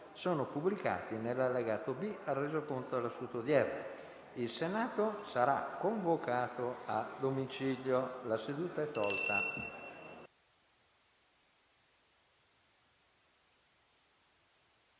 sono pubblicati nell’allegato B al Resoconto della seduta odierna. Il Senato è convocato a domicilio. La seduta è tolta